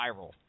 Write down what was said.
viral